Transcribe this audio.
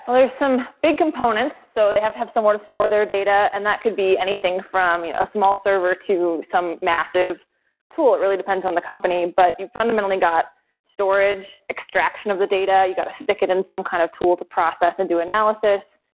ah there's some big components. so they have to have somewhere to store their data and that could be anything from a small server, to some massive tool. it really depends on the company. but you fundamentally got storage, extraction of the data, you got to stick it in some kind of tool to process and do analysis,